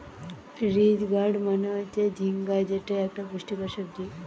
ridge gourd মানে হচ্ছে ঝিঙ্গা যেটা একটা পুষ্টিকর সবজি